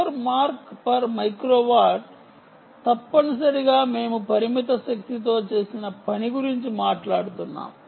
core mark per microwatt తప్పనిసరిగా మేము పరిమిత శక్తితో చేసిన పని గురించి మాట్లాడుతున్నాము